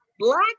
Black